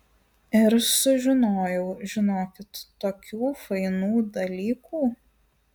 ir sužinojau žinokit tokių fainų dalykų